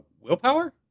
Willpower